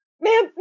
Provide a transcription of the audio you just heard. ma'am